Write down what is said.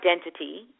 identity